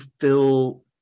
fill